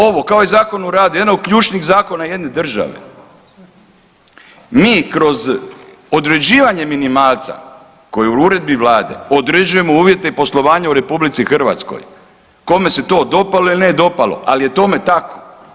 Ovo je kao i Zakon o radu jedan od ključnih zakona jedne države, mi kroz određivanje minimalce koji je u uredbi vlade određujemo uvjete i poslovanja u RH, kome se to dopalo ili ne dopalo, ali je tome tako.